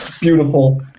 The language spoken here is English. Beautiful